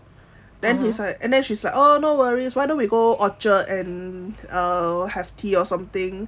then she's like and then she's like oh no worries why don't we go orchard and uh have tea or something